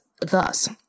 thus